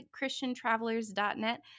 christiantravelers.net